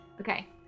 Okay